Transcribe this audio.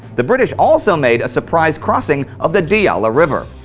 the british also made a surprise crossing of the diyala river.